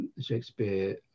Shakespeare